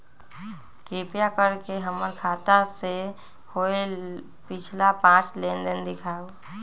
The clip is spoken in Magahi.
कृपा कर के हमर खाता से होयल पिछला पांच लेनदेन दिखाउ